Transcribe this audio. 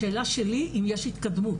השאלה שלי היא, האם יש התקדמות?